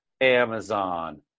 Amazon